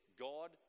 God